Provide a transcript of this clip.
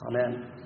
Amen